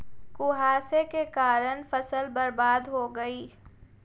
कुहासे के कारण फसल बर्बाद हो गयी